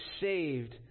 saved